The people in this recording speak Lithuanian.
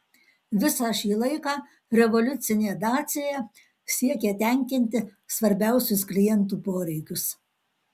visą šį laiką revoliucinė dacia siekė tenkinti svarbiausius klientų poreikius